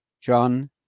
John